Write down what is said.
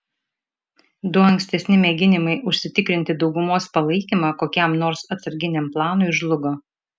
du ankstesni mėginimai užsitikrinti daugumos palaikymą kokiam nors atsarginiam planui žlugo